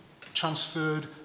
transferred